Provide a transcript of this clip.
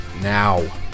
now